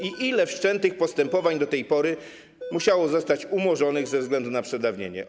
Ile wszczętych postępowań do tej pory musiało zostać umorzonych ze względu na przedawnienie?